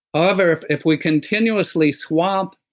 ah however, if if we continuously swamp